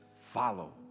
follow